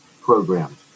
program